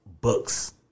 books